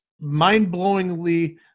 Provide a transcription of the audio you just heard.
mind-blowingly